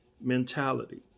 mentality